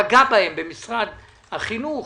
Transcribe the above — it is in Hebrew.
פגע בהם במשרד החינוך,